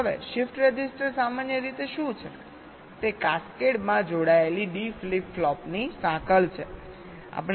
હવે shift register સામાન્ય રીતે શું છે તે કાસ્કેડમાં જોડાયેલ ડી ફ્લિપ ફ્લોપ ની સાંકળ છે